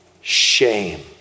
shame